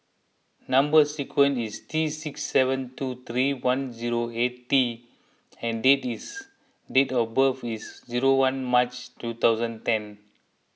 Number Sequence is T six seven two three one zero eight T and day this date of birth is zero one March two thousand ten